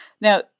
Now